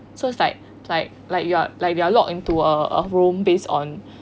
so it's like like like you are like you are locked into a room based on